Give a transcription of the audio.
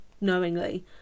knowingly